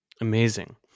Amazing